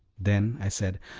then, i said,